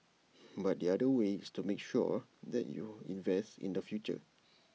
but the other way is to make sure that you invest in the future